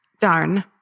Darn